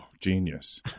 genius